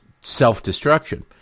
self-destruction